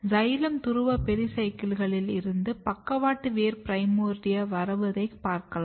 xylem துருவ பெரிசைக்கிளில் இருந்து பக்கவாட்டு வேர் பிரைமோர்டியா வருவதை பார்க்கலாம்